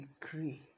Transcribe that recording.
decree